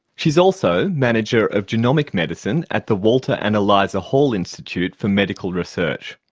she's also manager of genomic medicine at the walter and eliza hall institute for medical research.